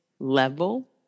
level